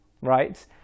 right